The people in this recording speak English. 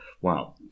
Wow